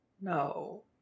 No